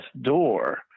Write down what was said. door